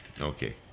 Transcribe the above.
okay